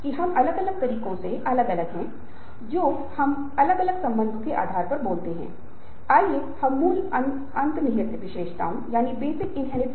निरंतर असफलता के साथ अगर हर समय व्यक्ति रक्षात्मक प्रतिक्रया हताशा आक्रामकता प्रतिपूरक व्यवहार को दिखाता है तो उस स्थिति में व्यक्तियों का सामान्य व्यवहार असामान्य रूप से सबसे ऊपर आता है और इसे व्यवहार विरोधी मैथुन व्यवहार कहा जाता है